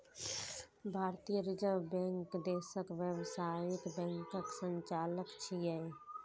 भारतीय reserve bank देशक व्यावसायिक बैंकक संचालक छियै